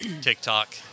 TikTok